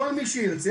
כל מי שירצה,